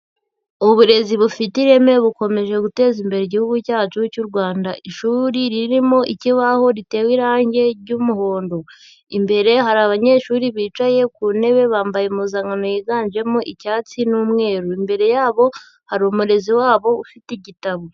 Uburezi bufite ireme bukomeje guteza imbere igihugu cyacu cy'u Rwanda, ishuri ririmo ikibaho ritewe irange ry'umuhondo, imbere hari abanyeshuri bicaye ku ntebe bambaye impuzankano yiganjemo icyatsi n'umweru, imbere yabo hari umurezi wabo ufite igitabo.